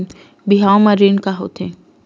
बिहाव म ऋण का होथे?